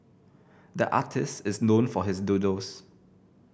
the artist is known for his doodles